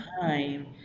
time